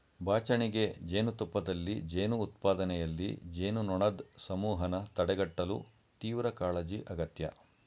ಬಾಚಣಿಗೆ ಜೇನುತುಪ್ಪದಲ್ಲಿ ಜೇನು ಉತ್ಪಾದನೆಯಲ್ಲಿ, ಜೇನುನೊಣದ್ ಸಮೂಹನ ತಡೆಗಟ್ಟಲು ತೀವ್ರಕಾಳಜಿ ಅಗತ್ಯ